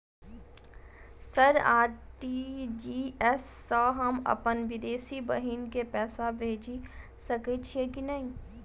Sir RTGS सँ हम अप्पन विदेशी बहिन केँ पैसा भेजि सकै छियै की नै?